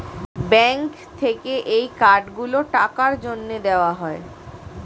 bank থেকে এই card গুলো টাকার জন্যে দেওয়া হয়